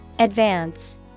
Advance